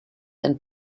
and